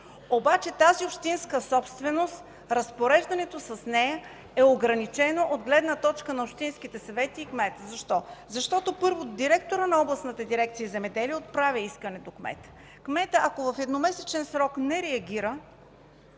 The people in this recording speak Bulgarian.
но тази общинска собственост, разпореждането с нея, е ограничено от гледна точка на общинските съвети и кмета. Защо? Защото, първо, директорът на Областната дирекция „Земеделие” отправя искане до кмета –кметът, ако в едномесечен срок не реагира,